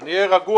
אני אהיה רגוע.